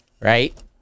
right